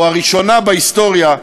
או הראשונה בהיסטוריה,